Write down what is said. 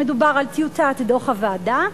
שמדובר על טיוטת דוח הוועדה,